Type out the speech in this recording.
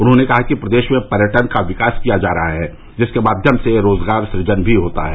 उन्होंने कहा कि प्रदेश में पर्यटन का विकास किया जा रहा है जिसके माध्यम से रोजगार सृजन भी होता है